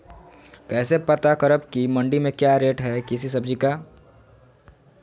कैसे पता करब की मंडी में क्या रेट है किसी सब्जी का?